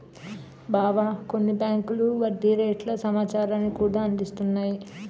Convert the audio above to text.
బావా కొన్ని బేంకులు వడ్డీ రేట్ల సమాచారాన్ని కూడా అందిస్తున్నాయి